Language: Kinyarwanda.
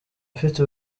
ufite